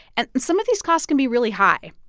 and some of these costs can be really high.